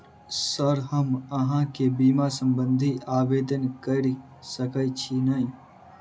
Sir हम अहाँ केँ बीमा संबधी आवेदन कैर सकै छी नै?